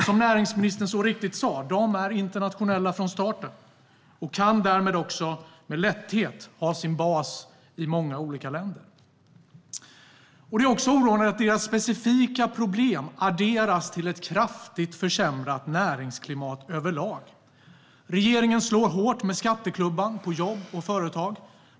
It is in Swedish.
Som näringsministern så riktigt sa är de internationella från starten och kan därmed också med lätthet ha sin bas i många olika länder. Det är också oroande att deras specifika problem adderas till ett kraftigt försämrat näringsklimat över lag. Regeringen slår hårt med skatteklubban på jobb och företag.